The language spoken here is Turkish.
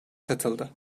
katıldı